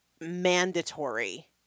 mandatory